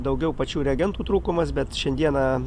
daugiau pačių reagentų trūkumas bet šiandieną